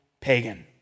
pagan